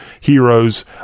heroes